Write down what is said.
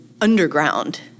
underground